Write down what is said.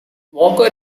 walker